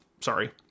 Sorry